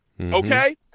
okay